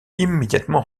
immédiatement